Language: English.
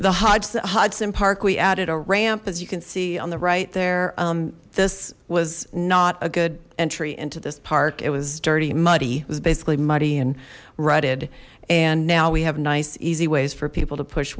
hodge hudson park we added a ramp as you can see on the right there this was not a good entry into this park it was dirty muddy it was basically muddy and rutted and now we have nice easy ways for people to push